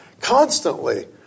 Constantly